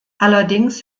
allerdings